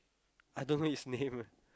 I dunno his name eh